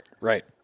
Right